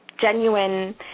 genuine